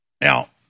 Now